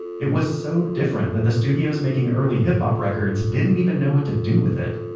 it was so different that the studios making early hip hop records didn't even know what to do with it